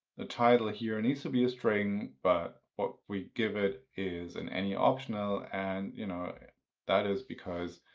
the title here needs to be a string, but what we give it is an any optional. and you know that is because